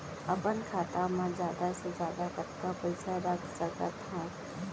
अपन खाता मा जादा से जादा कतका पइसा रख सकत हव?